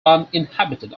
uninhabited